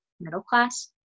middle-class